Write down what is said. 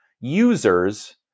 users